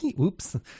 Oops